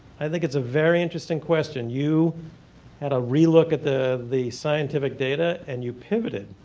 i think it is a very interesting question, you had a re-look at the the scientific data and you pivoted,